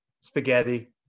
spaghetti